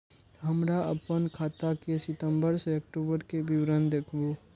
हमरा अपन खाता के सितम्बर से अक्टूबर के विवरण देखबु?